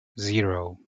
zero